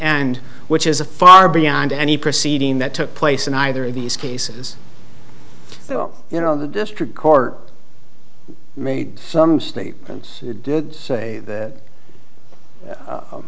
end which is a far beyond any proceeding that took place in either of these cases well you know the district court made some statements did say that